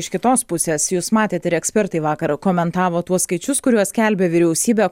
iš kitos pusės jūs matėt ir ekspertai vakar komentavo tuos skaičius kuriuos skelbė vyriausybė